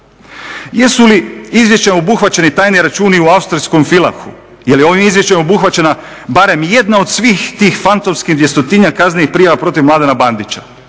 Jesu li izvješćem obuhvaćeni tajni računi u austrijskom Villachu? Je li ovim izvješćem obuhvaćena barem jedna od svih tih fantomskih dvjestotinjak kaznenih prijava protiv Mladena Bandića,